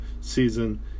season